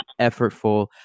effortful